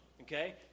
okay